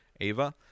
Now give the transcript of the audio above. Ava